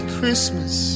Christmas